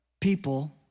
people